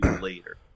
later